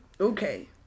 Okay